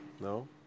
No